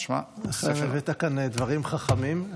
הבאת כאן דברים חכמים.